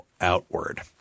outward